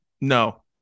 no